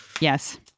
yes